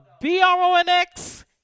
B-R-O-N-X